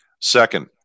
Second